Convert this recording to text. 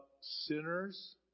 sinners